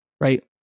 right